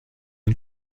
une